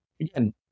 again